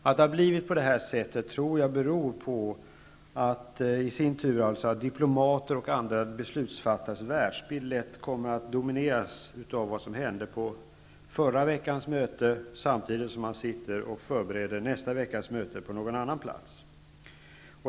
Att det har blivit på det sättet tror jag beror på att diplomaters och andra beslutsfattares världsbild lätt domineras av vad som hände på förra veckans möte samtidigt som de sitter och förebereder nästa veckas möte på någon annan plats.